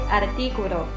artículo